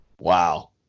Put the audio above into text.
Wow